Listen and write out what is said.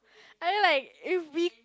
I know like if we